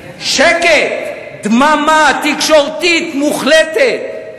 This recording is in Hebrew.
שקט, דממה תקשורתית מוחלטת.